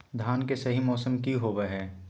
धान के सही मौसम की होवय हैय?